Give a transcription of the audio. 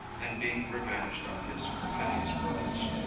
and being revenged on his perfidious brothers.